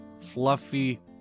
fluffy